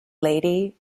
lady